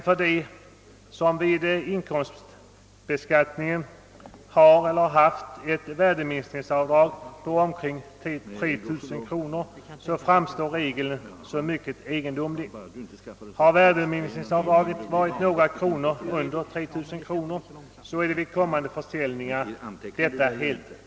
För dem som vid inkomstbeskattningen haft ett värdeminskningsavdrag på omkring 3 000 kronor framstår dock regeln som mycket egendomlig. Om värdeminskningsavdraget med några kronor understigit 3 000 kronor bortfaller det helt vid kommande försäljningar.